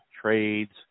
trades